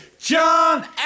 John